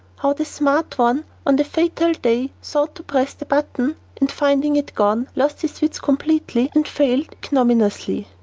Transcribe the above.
how the smart one on the fatal day sought to press the button and finding it gone, lost his wits completely and failed ignominiously?